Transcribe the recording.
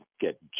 get